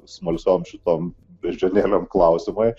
smalsiom šitom beždžionėlėm klausimai